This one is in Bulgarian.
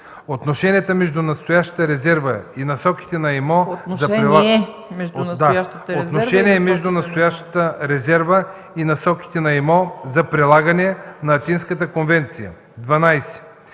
Отношение между настоящата резерва и Насоките на ИМО за прилагане на Атинската конвенция. 12.